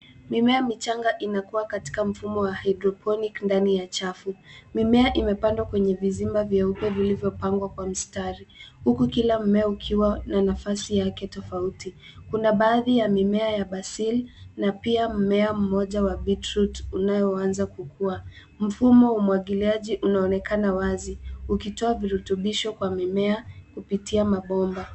Mimea michanga inakuwa katika mfumo wa hydroponic ndani ya chafu. Mimea imepandwa kwenye vizimba vyeupe iliyopangwa kwa mistari, huku kila mimea ukiwa na nafasi yake tofauti. Kuna baadhi ya mimea ya basil na pia mimea mmoja wa beetroot unayoanza kukua. Mfumo wa umwagiliaji unaonekana wazi, ukitoa virutubisho kwa mimea kupitia mabomba.